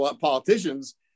politicians